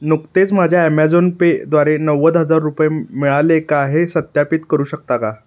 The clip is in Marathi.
नुकतेच माझ्या ॲमेझॉन पेद्वारे नव्वद हजार रुपये मिळाले का हे सत्यापित करू शकता का